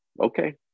okay